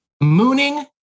Mooning